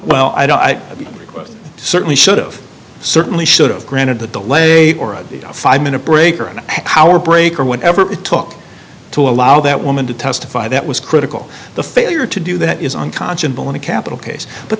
don't i certainly should've certainly should have granted the delay or a five minute break or an hour break or whatever it took to allow that woman to testify that was critical the failure to do that is unconscionable in a capital case but